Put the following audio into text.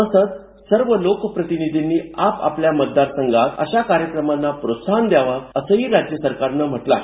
तसंच सर्व लोकप्रतिनिधींनी आपापल्या मतदार संघात अशा कार्यक्रमांना प्रोत्साहन द्यावा असंही राज्य सरकारनं म्हटलं आहे